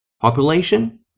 population